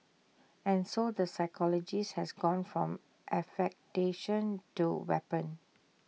and so the psychologist has gone from affectation to weapon